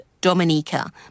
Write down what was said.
Dominica